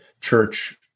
church